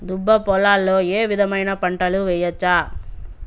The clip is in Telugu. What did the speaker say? దుబ్బ పొలాల్లో ఏ విధమైన పంటలు వేయచ్చా?